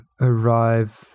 arrive